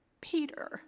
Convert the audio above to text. Peter